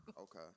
okay